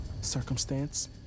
circumstance